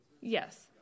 Yes